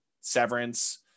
severance